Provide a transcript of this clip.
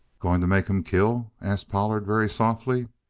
going to make him kill? asked pollard very softly.